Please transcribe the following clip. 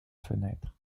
fenêtre